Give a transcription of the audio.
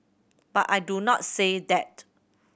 but I do not say that